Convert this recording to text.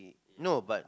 no but